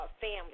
family